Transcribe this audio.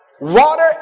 Water